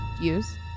use